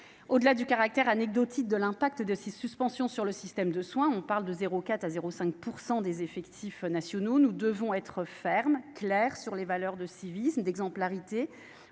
Au-delà du caractère anecdotique de l'effet de ces suspensions sur le système de soins- on parle de 0,4 % à 0,5 % des effectifs nationaux -, nous devons être fermes et clairs sur les valeurs de civisme et d'exemplarité,